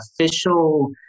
official